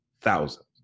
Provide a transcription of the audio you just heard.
thousands